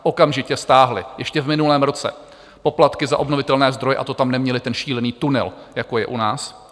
Okamžitě stáhli ještě v minulém roce poplatky za obnovitelné zdroje, a to tam neměli ten šílený tunel, jako je u nás.